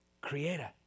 Creator